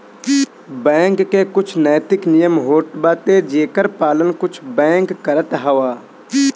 bank के कुछ नैतिक नियम होत बाटे जेकर पालन कुछ बैंक करत हवअ